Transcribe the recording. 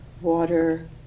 water